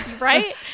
Right